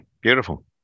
beautiful